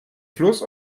fluss